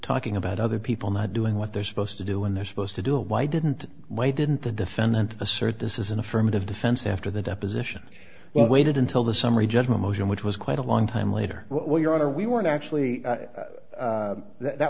talking about other people not doing what they're supposed to do when they're supposed to do it why didn't why didn't the defendant assert this is an affirmative defense after the deposition well waited until the summary judgment motion which was quite a long time later well your honor we weren't actually